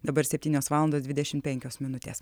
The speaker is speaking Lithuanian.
dabar septynios valandos dvidešim penkios minutės